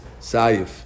saif